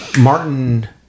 Martin